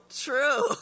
true